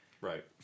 Right